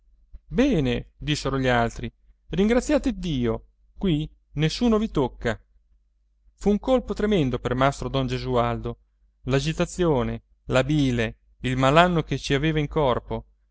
bene dissero gli altri ringraziate iddio qui nessuno vi tocca fu un colpo tremendo per mastro don gesualdo l'agitazione la bile il malanno che ci aveva in corpo